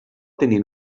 tenir